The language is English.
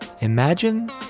Imagine